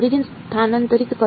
origin સ્થાનાંતરિત કરો